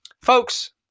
Folks